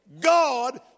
God